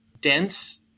dense